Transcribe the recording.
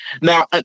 Now